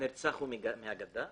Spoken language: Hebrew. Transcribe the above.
הנרצח הוא מהגדה?